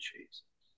Jesus